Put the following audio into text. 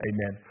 Amen